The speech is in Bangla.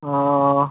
ও